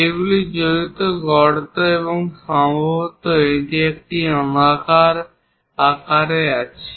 এইগুলি জড়িত গর্ত এবং সম্ভবত এটি একটি নলাকার আকারে যাচ্ছে